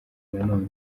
nanone